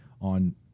on